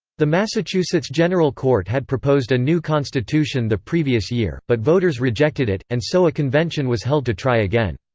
the massachusetts general court had proposed a new constitution the previous year, but voters rejected it, and so a convention was held to try again.